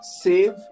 save